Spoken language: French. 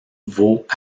vaut